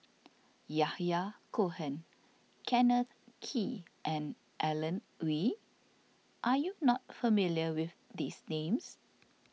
Yahya Cohen Kenneth Kee and Alan Oei Are you not familiar with these names